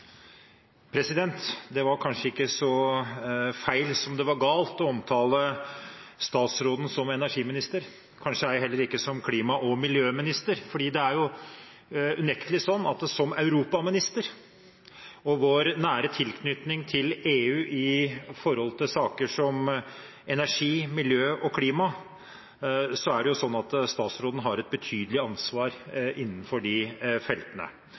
det var galt å omtale statsråden som energiminister, kanskje heller ikke som klima- og miljøminister, for det er unektelig sånn at som europaminister – og med vår nære tilknytning til EU i saker som energi, miljø og klima – har statsråden et betydelig ansvar innenfor de feltene.